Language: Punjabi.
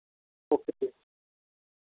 ਓਕੇ ਜੀ